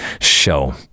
show